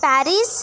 Paris